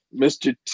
Mr